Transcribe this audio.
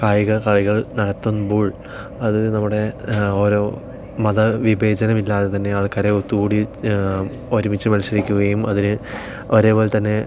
കായിക കായികൾ നടത്തുമ്പോൾ അത് നമ്മുടെ ഓരോ മത വിഭേജനമില്ലാതെ തന്നെ ആൾക്കാരെ ഒത്തുകൂടി ഒരുമിച്ച് മത്സരിക്കുകയും അതിനെ ഒരേപോലെത്തന്നെ